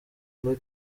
muri